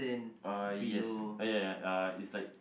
uh yes ya ya uh it's like